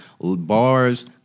bars